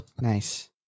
nice